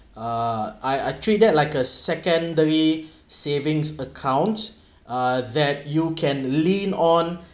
uh I actually that like a secondary savings account uh that you can lean on